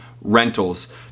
rentals